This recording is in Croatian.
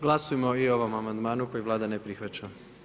Glasujmo i o ovom amandmanu koji Vlada ne prihvaća.